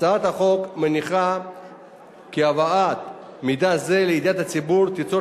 הצעת החוק מניחה כי הבאת מידע זה לידיעת הציבור תיצור